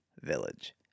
village